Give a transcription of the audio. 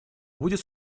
будет